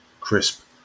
crisp